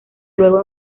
luego